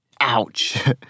Ouch